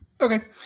okay